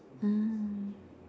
mm